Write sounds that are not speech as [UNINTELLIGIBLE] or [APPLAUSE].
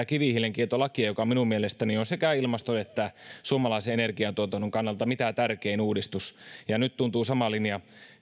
[UNINTELLIGIBLE] kivihiilenkieltolakia joka minun mielestäni on sekä ilmaston että suomalaisen energiantuotannon kannalta mitä tärkein uudistus ja nyt tuntuu sama linja